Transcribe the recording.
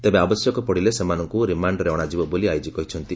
ତେବେ ଆବଶ୍ୟକ ପଡିଲେ ସେମନଙ୍ଙୁ ରିମାଣ୍ଡରରେ ଅଣାଯିବ ବୋଲି ଆଇଜି କହିଛନ୍ତି